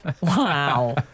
Wow